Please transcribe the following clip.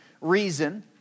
reason